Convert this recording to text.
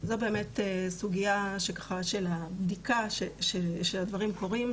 זו באמת סוגיה של הבדיקה שהדברים קורים,